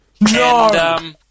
No